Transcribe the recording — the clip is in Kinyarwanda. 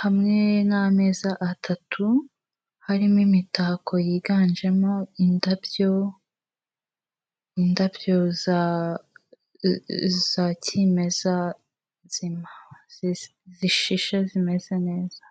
hamwe n'ameza atatu, harimo imitako yiganjemo indabyo, indabyo za kimeza nzima zishishe zimeze neza.